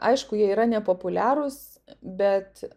aišku jie yra nepopuliarūs bet